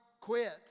quit